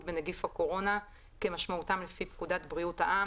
בנגיף הקורונה כמשמעותם לפי פקודת בריאות העם,